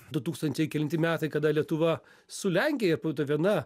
du tūkstančiai kelinti metai kada lietuva su lenkija po to viena